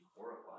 horrified